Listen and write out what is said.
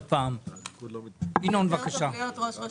ינון אזולאי, בבקשה.